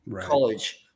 college